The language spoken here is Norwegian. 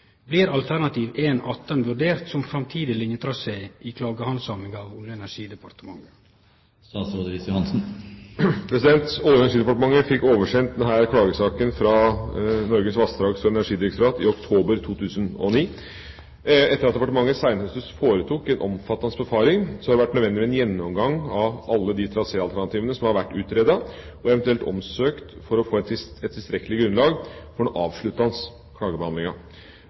Blir alternativ 1.18 vurdert som framtidig linjetrasé i klagehandsaminga av Olje- og energidepartementet?» Olje- og energidepartementet fikk oversendt denne klagesaken fra Norges vassdrags- og energidirektorat i oktober 2009. Etter at departementet senhøstes foretok en omfattende befaring, har det vært nødvendig med en gjennomgang av alle de traséalternativene som har vært utredet og eventuelt omsøkt for å få et tilstrekkelig grunnlag for den avsluttende klagebehandlinga.